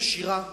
השירה.